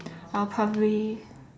I will probably